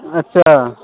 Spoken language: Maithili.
अच्छा